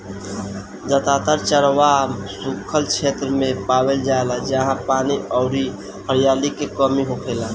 जादातर चरवाह सुखल क्षेत्र मे पावल जाले जाहा पानी अउरी हरिहरी के कमी होखेला